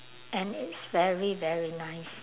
and it's very very nice